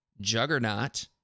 juggernaut